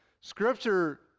Scripture